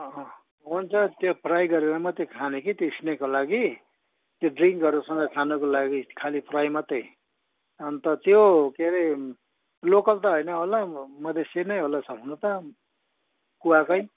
अँ हुन्छ त्यो फ्राई गरेर मात्रै खाने कि त्यो यसको लागि त्यो ड्रिन्कहरूसँग खानुको लागि खालि फ्राई मात्रै अन्त त्यो के अरे लोकल त होइन होला म मधेसी नै होला हुनु त कुवाकै